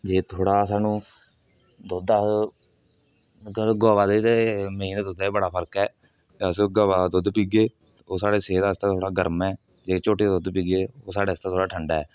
जे थोह्ड़ा अस सानूं अस दुद्ध गवा दे ते मेहीं दे दुद्धा च बड़ा फर्क ऐ अस गवा दा दुद्ध पीगे ओह् साढ़े सेह्त आस्तै थोह्ड़ा गर्म ऐ जे झोटी दा दुद्ध पीगे ओह् साढ़े आस्तै थोह्ड़ा ठंडा ऐ